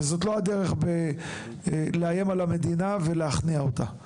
וזאת לא דרך לאיים על המדינה ולהכניע אותה.